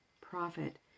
profit